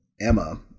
Emma